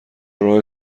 راه